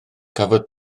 cafodd